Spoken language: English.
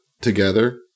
together